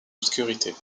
obscurité